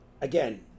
again